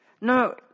No